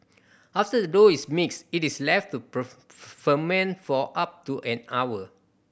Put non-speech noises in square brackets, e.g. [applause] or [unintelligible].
after the dough is mixed it is left to [unintelligible] ferment for up to an hour